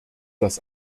das